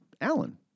Alan